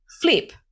flip